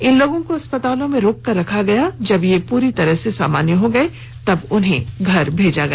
इन लोगों को अस्पताल में रोक कर रखा गया जब ये लोग पूरी तरह से सामान्य हो गये तब उन्हें घर भेजा गया